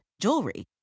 jewelry